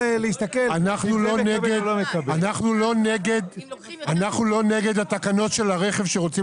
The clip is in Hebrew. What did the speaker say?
אנחנו לא נגד התקנות של הרכב שרוצים